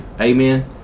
Amen